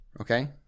okay